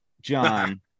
john